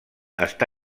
està